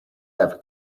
ever